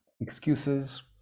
excuses